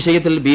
വിഷയത്തിൽ ബി